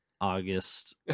August